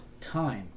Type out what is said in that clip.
time